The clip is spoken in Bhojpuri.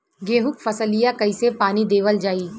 गेहूँक फसलिया कईसे पानी देवल जाई?